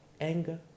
Anger